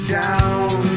down